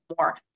more